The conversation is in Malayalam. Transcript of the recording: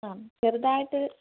അ ചെറുതായിട്ട്